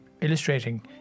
illustrating